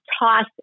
toss